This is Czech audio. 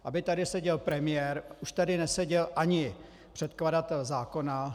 Aby tady seděl premiér, už tady neseděl ani předkladatel zákona...